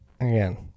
again